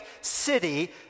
city